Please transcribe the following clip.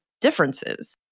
differences